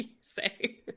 say